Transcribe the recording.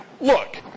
Look